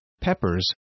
peppers